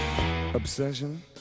obsession